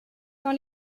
dans